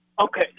Okay